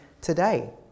today